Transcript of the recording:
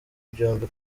byombi